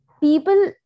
people